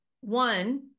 one